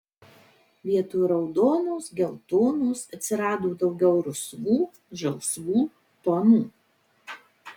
vietoj raudonos geltonos atsirado daugiau rusvų žalsvų tonų